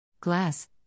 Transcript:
Glass